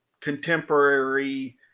contemporary